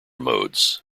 modes